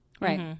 right